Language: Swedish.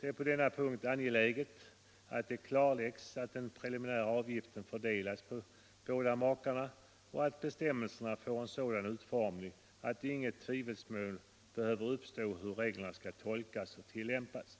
Det är på denna punkt angeläget att det klarläggs att den preliminära avgiften fördelas på båda makarna och att bestämmelserna får en sådan utformning att inget tvivelsmål behöver uppstå om hur reglerna skall tolkas och tillämpas.